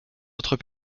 autres